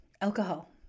alcohol